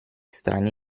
strani